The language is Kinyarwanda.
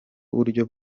buryo